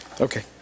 okay